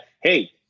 hey